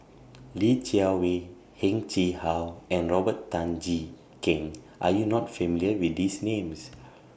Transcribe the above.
Li Jiawei Heng Chee How and Robert Tan Jee Keng Are YOU not familiar with These Names